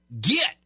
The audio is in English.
Get